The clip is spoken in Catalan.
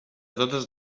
totes